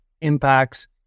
impacts